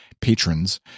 patrons